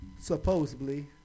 Supposedly